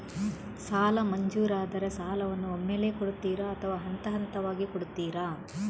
ಸಾಲ ಮಂಜೂರಾದರೆ ಸಾಲವನ್ನು ಒಮ್ಮೆಲೇ ಕೊಡುತ್ತೀರಾ ಅಥವಾ ಹಂತಹಂತವಾಗಿ ಕೊಡುತ್ತೀರಾ?